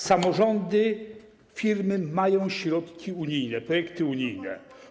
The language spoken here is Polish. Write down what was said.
Samorządy, firmy mają środki unijne, projekty unijne.